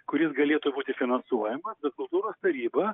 kuris galėtų būti finansuojamas kultūros taryba